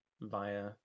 via